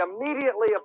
immediately